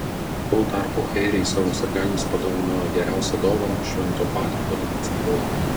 tuo tarpu airiai savo sirgaliams padovanojo geriausią dovaną švento patriko dienos proga